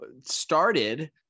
started